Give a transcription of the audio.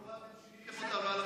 לא אתם שיניתם אותה.